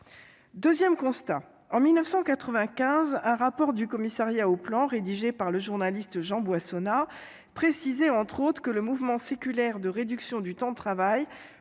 Deuxième constat : en 1995, dans un rapport du Commissariat général au plan rédigé par le journaliste Jean Boissonnat, il était précisé, entre autres, que le mouvement séculaire de réduction du temps de travail